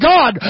God